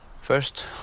First